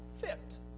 fit